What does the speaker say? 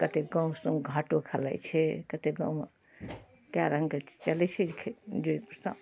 कतेक गाम सबमे घाटो खेलाइ छै कतेक गाममे कएक रङ्गके चलै छै खे जे सब